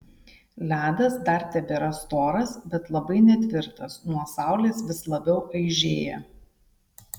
ledas dar tebėra storas bet labai netvirtas nuo saulės vis labiau aižėja